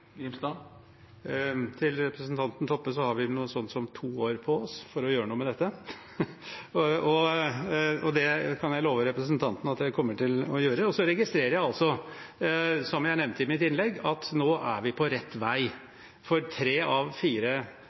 Til representanten Toppe: Vi har noe sånt som to år på oss for å gjøre noe med dette, og det kan jeg love representanten at vi kommer til å gjøre. Jeg registrerer altså, som jeg nevnte i mitt innlegg, at vi er på rett vei. Tre av fire